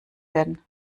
werden